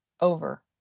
over